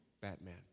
Batman